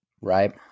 right